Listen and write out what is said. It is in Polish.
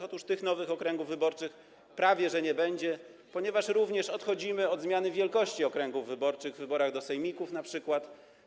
Otóż tych nowych okręgów wyborczych prawie że nie będzie, ponieważ również odchodzimy od zmiany wielkości okręgów wyborczych w wyborach np. do sejmików.